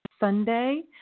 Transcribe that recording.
Sunday